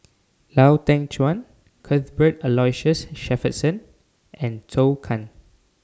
Lau Teng Chuan Cuthbert Aloysius Shepherdson and Zhou Can